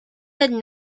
had